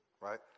right